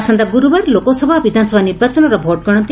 ଆସନ୍ତା ଗ୍ରର୍ତବାର ଲୋକସଭା ଓ ବିଧାନସଭା ନିର୍ବାଚନର ଭୋଟ୍ଗଣତି